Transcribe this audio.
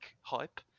hype